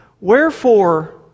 Wherefore